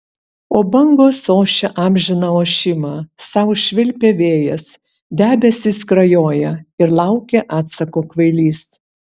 o bangos ošia amžiną ošimą sau švilpia vėjas debesys skrajoja ir laukia atsako kvailys